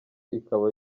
ikaba